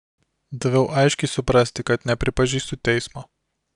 daviau aiškiai suprasti kad nepripažįstu teismo